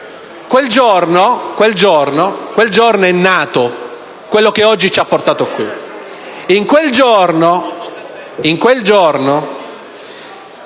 Quel giorno è nato ciò che oggi ci ha portato qui.